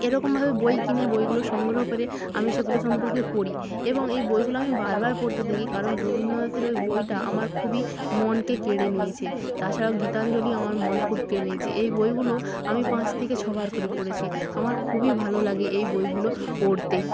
এরকমভাবে বই কিনে বইগুলো সংগ্রহ করে আমি সেগুলো সম্পর্কে পড়ি এবং এই বইগুলো আমি বার বার পড়তে থাকি কারণ রবীন্দ্রনাথের ওই বইটা আমার খুবই মনকে কেড়ে নিয়েছে তাছাড়াও গীতাঞ্জলি আমার মন খুব কেড়ে নিয়েছে এই বইগুলো আমি পাঁচ থেকে ছবার করে পড়েছি আমার খুবই ভালো লাগে এই বইগুলো পড়তে